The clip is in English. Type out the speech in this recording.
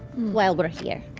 while we're here.